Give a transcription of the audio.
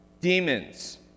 demons